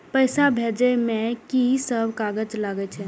पैसा भेजे में की सब कागज लगे छै?